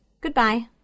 Goodbye